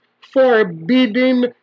forbidding